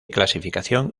clasificación